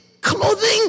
clothing